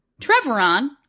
Trevoron